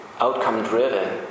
outcome-driven